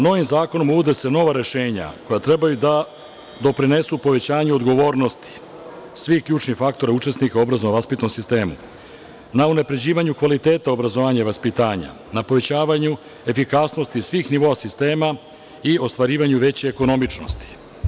Novim zakonom se nude nova rešenja koja trebaju da doprinesu povećanju odgovornosti svih ključnih faktora, učesnika u obrazovno-vaspitnom sistemu na unapređivanju kvaliteta obrazovanja i vaspitanja, na povećavanju efikasnosti svih nivoa sistema i ostvarivanju veće ekonomičnosti.